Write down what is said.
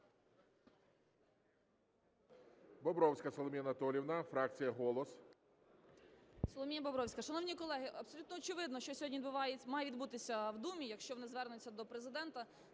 Бобровська Соломія Анатоліївна, фракція "Голос". 11:16:06 БОБРОВСЬКА С.А. Соломія Бобровська. Шановні колеги, абсолютно очевидно, що сьогодні має відбутися в Думі, якщо вони звернуться до Президента